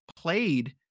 played